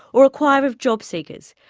or a choir of jobseekers,